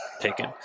taken